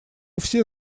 все